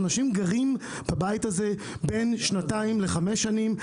אנשים גרים בבית הזה בין שנתיים לחמש שנים.